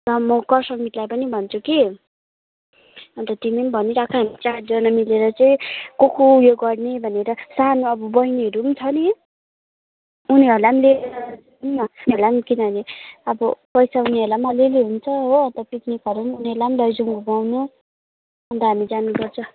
ल म कर्समितलाई पनि भन्छु कि अन्त तिमी पनि भनिराख हामी चारजना मिलेर चाहिँ को को उयो गर्ने भनेर सानो अब बहिनीहरू पनि छ नि उनीहरूलाई पनि लिएर जाउँ न उनीहरूलाई पनि किनभने अब पैसा उनीहरूलाई पनि अलिअलि हुन्छ हो अन्त पिकनिकहरू पनि उनीहरूलाई पनि लैजाउँ घुमाउनु अन्त हामी जानुपर्छ